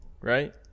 right